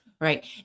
right